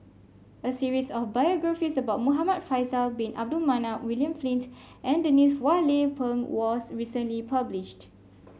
a series of biographies about Muhamad Faisal Bin Abdul Manap William Flint and Denise Phua Lay Peng was recently published